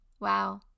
Wow